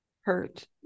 hurt